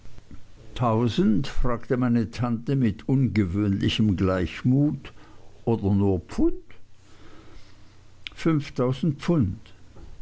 tausend fragte meine tante mit ungewöhnlichem gleichmut oder nur pfund fünftausend pfund